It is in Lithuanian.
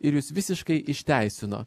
ir jus visiškai išteisino